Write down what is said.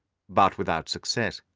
but without success.